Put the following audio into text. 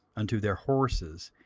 unto their horses,